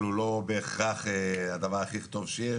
15 שנה הדבר הזה ממשיך שנה אחרי שנה עם עוד הארכה ועוד הארכה,